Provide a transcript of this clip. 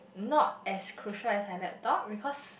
not as crucial as my laptop because